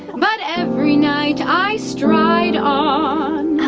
but every night i stride on um.